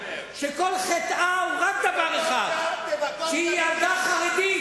שכל חטאה הוא רק דבר אחד: שהיא ילדה חרדית.